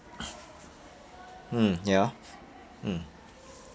mm ya mm